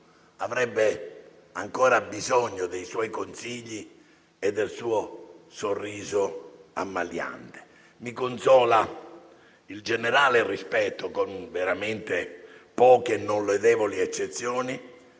avrebbe ancora bisogno dei suoi consigli e del suo sorriso ammaliante. Mi consola il generale rispetto - con veramente poche e non lodevoli eccezioni